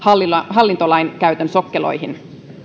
hallintolainkäytön sokkeloihin